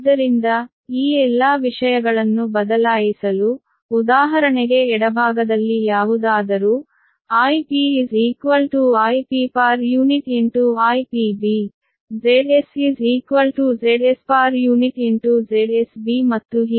ಆದ್ದರಿಂದ ಈ ಎಲ್ಲಾ ವಿಷಯಗಳನ್ನು ಬದಲಾಯಿಸಲು ಉದಾಹರಣೆಗೆ ಎಡಭಾಗದಲ್ಲಿ ಯಾವುದಾದರೂ Ip Ip IpB Zs Zs ZsB ಮತ್ತು ಹೀಗೆ